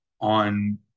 on